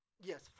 Yes